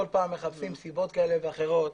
כל פעם מחפשים סיבות כאלה ואחרות.